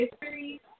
history